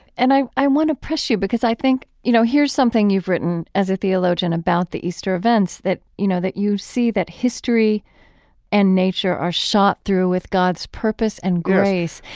and i, i want to press you because i think, you know, here is something you've written as a theologian about the easter events that, you know, that you see that history and nature are shot through with god's god's purpose and grace